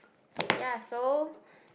ya so